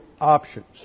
options